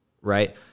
right